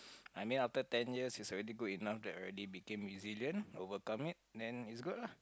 I mean after ten years it's already good enough that I already became musician overcome it then it's good lah